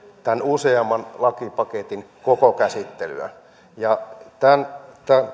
tämän useamman lain lakipaketin koko käsittelyä ja tämän